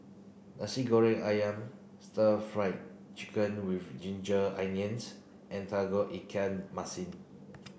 Nasi Goreng Ayam stir fry chicken with ginger onions and Tauge Ikan Masin